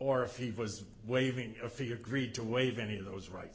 or if he was waving a fee agreed to waive any of those right